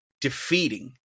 defeating